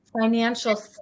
financial